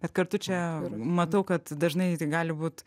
bet kartu čia matau kad dažnai ir gali būt